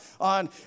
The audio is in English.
on